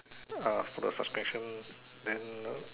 uh for the suspension then